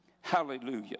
Hallelujah